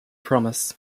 promise